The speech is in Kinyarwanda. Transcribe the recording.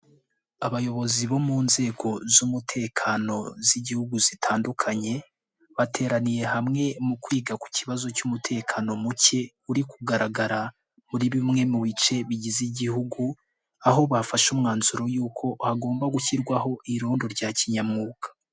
Abayobozi bo mu nzego z'umutekano z'igihugu zitandukanye bateraniye hamwe mu kwiga ku kibazo cy'umutekano muke uri kugaragara muri bimwe mu bice bigize igihugu, aho bafashe umwanzuro y'uko hagomba gushyirwaho irondo rya kinyamwuga.